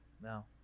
no